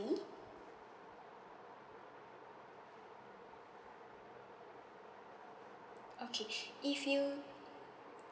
okay if you